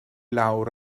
lawr